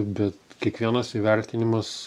bet kiekvienas įvertinimas